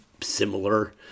similar